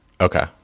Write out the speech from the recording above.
Okay